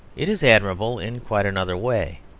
it is admirable in quite another way.